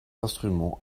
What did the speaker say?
instrument